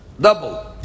double